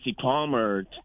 Palmer